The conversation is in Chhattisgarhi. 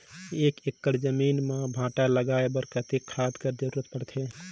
एक एकड़ जमीन म भांटा लगाय बर कतेक खाद कर जरूरत पड़थे?